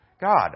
god